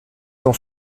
dans